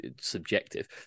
subjective